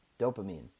dopamine